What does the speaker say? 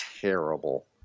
terrible